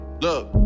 Look